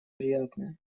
приятное